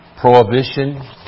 prohibition